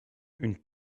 une